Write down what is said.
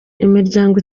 imiryango